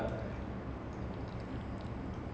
it's damn nice that's the first time I tried it